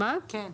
כן.